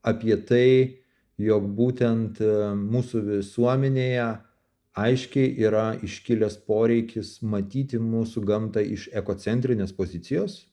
apie tai jog būtent mūsų visuomenėje aiškiai yra iškilęs poreikis matyti mūsų gamtą iš egocentrinės pozicijos